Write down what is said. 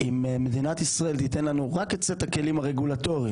אם מדינת ישראל תיתן לנו רק את סט הכלים הרגולטורים,